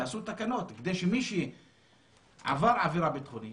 תעשו תקנות, כדי שמי שעבר עבירה ביטחונית